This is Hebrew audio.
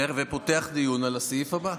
ופותח דיון על הסעיף הבא.